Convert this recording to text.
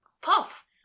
Puff